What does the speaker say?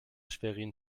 schwerin